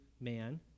man